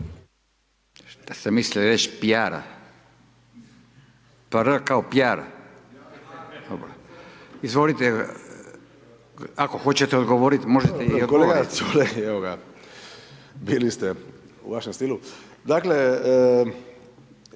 Šta sam mislio reći PR kao pi ar-a. Izvolite, ako hoćete odgovoriti možete i odgovoriti.